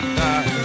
die